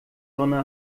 sonne